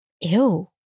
Ew